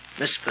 Miss